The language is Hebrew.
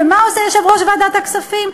ומה עושה יושב-ראש ועדת הכספים?